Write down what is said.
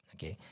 Okay